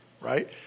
Right